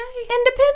Independence